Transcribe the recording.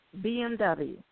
BMW